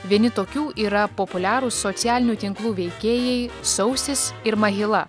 vieni tokių yra populiarūs socialinių tinklų veikėjai sausis ir mahila